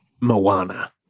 Moana